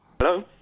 hello